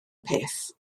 peth